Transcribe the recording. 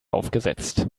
aufgesetzt